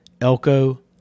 Elko